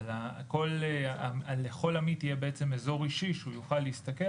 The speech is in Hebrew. אבל לכל עמית יהיה בעצם איזור אישי שהוא יוכל להסתכל